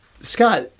Scott